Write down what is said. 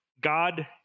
God